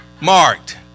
marked